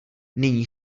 nyní